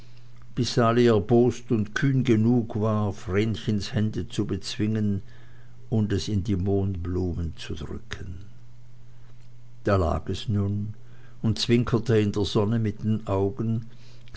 erbost und kühn genug war vrenchens hände zu bezwingen und es in die mohnblumen zu drücken da lag es nun und zwinkerte in der sonne mit den augen